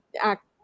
act